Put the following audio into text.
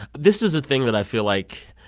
this is a thing that i feel like